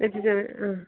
വെച്ചിട്ടാണെ ആ